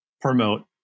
promote